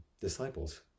disciples